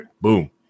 boom